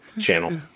channel